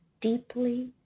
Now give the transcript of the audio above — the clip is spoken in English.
deeply